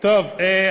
אוקיי.